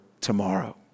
tomorrow